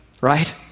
Right